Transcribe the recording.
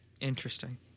Interesting